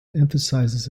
emphasizes